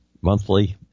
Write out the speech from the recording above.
monthly